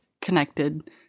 connected